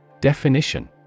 Definition